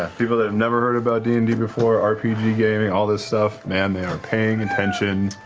ah people that have never heard about d and d before, rpg gaming, all this stuff, man, they are paying attention